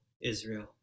Israel